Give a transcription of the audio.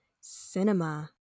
cinema